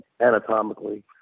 anatomically